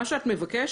מה שאת מבקשת,